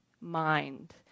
mind